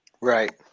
Right